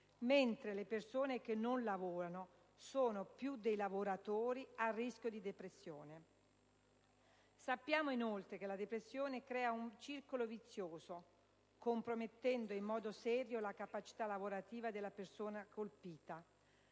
mentre le persone che non lavorano sono più dei lavoratori a rischio di depressione. Sappiamo inoltre che la depressione crea un circolo vizioso, compromettendo in modo serio la capacità lavorativa della persona colpita: